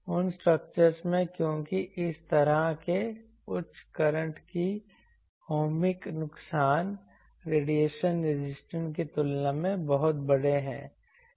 उन स्ट्रक्चर में क्योंकि इस तरह के उच्च करंट कि ओमिक नुकसान रेडिएशन प्रतिरोधी की तुलना में बहुत बड़े हैं